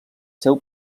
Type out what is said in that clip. seu